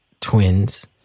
twins